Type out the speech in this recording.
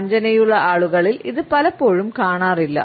വഞ്ചനയുള്ള ആളുകളിൽ ഇത് പലപ്പോഴും കാണാറില്ല